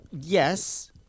yes